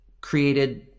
created